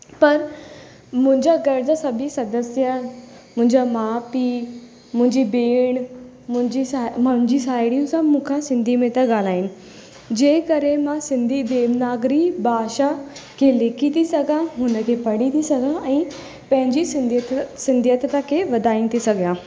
पर मुंहिंजा घर जा सभई सदस्य मुंहिंजा माउ पीउ मुंहिंजी भेण मुंहिंजी साहि मुंहिंजी साहेड़ियूं सभु मूं खां सिंधी में था ॻाल्हाइनि जंहिं करे मां सिंधी देवनागरी भाषा खे लिखी थी सघां हुन खे पढ़ी थी सघां ऐं पंहिंजी सिंधियत सिंधियतता खे वधाए थी सघियां